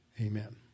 amen